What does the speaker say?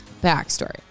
backstory